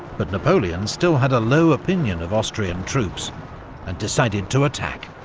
but napoleon still had a low opinion of austrian troops and decided to attack.